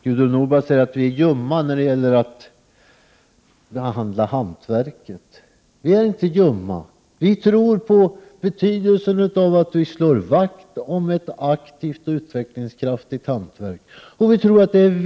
Gudrun Norberg säger att vi är ljumma när det gäller att behandla hantverket. Vi är inte ljumma. Vi tror på betydelsen av att slå vakt om ett aktivt och utvecklingskraftigt hantverk.